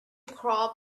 crawl